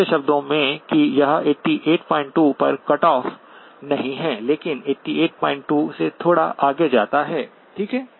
दूसरे शब्दों में कि यह 882 पर कट ऑफ नहीं है लेकिन 882 से थोड़ा आगे जाता है ठीक है